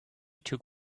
took